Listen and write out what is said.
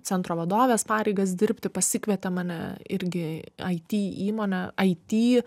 centro vadovės pareigas dirbti pasikvietė mane irgi it įmonė it